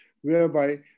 whereby